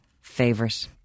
favorite